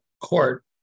court